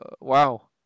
Wow